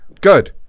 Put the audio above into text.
Good